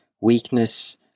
weakness